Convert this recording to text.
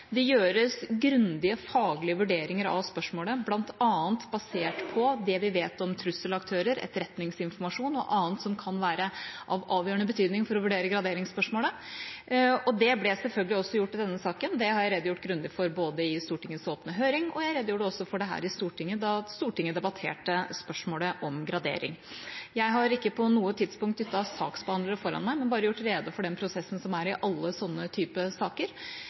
Det gjøres grundige faglige vurderinger av spørsmålet, bl.a. basert på det vi vet om trusselaktører, etterretningsinformasjon og annet som kan være av avgjørende betydning for å vurdere graderingsspørsmålet. Det ble selvfølgelig også gjort i denne saken. Jeg har redegjort grundig i Stortingets åpne høring, og jeg redegjorde også for det her i Stortinget da Stortinget debatterte spørsmålet om gradering. Jeg har ikke på noe tidspunkt dyttet saksbehandlere foran meg, men bare gjort rede for den prosessen som er i alle sånne saker,